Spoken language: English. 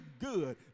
good